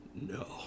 No